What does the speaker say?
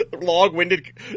long-winded